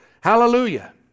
Hallelujah